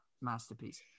masterpiece